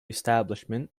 establishment